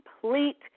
complete